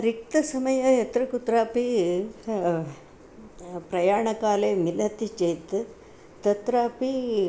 रिक्तः समयः यत्र कुत्रापि प्रयाणकाले मिलति चेत् तत्रापि